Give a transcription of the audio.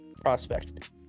prospect